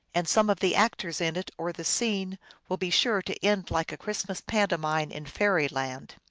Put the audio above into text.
and some of the actors in it or the scene will be sure to end like a christmas pantomime in fairy-land.